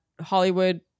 Hollywood